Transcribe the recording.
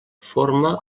forma